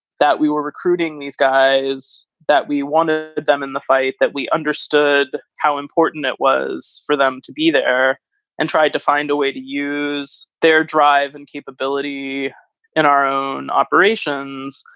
that we were recruiting these guys that we want to get them in the fight, that we understood how important it was for them to be there and tried to find a way to use their drive and capability in our own operations.